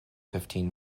fifteen